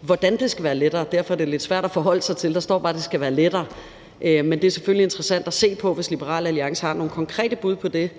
hvordan det skal være lettere, og derfor er det lidt svært at forholde sig til. Der står bare, at det skal være lettere. Men det er selvfølgelig interessant at se på, og hvis Liberal Alliance har nogle konkrete bud på det,